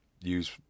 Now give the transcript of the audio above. use